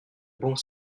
bons